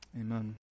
Amen